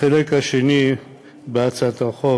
החלק השני בהצעת החוק